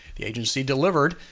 the agency delivered.